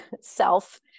self